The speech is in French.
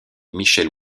michelle